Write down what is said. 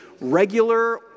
regular